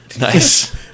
Nice